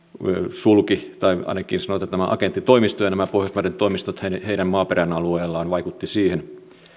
sulki tai ainakin sanotaan että tämä agenttitoimisto ja nämä pohjoismaiden toimistot heidän heidän maaperänsä alueella vaikuttivat sulkemiseen